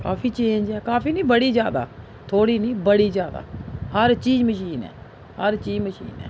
काफी चेंज ऐ काफी नी बड़ी ज्यादा थोह्ड़ी नी बड़ी ज्यादा हर चीज मशीन ऐ हर चीज मशीन ऐ